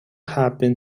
happen